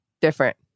different